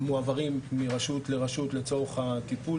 מועברים מרשות לרשות לצורך הטיפול,